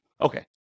okay